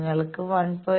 നിങ്ങൾക്ക് 1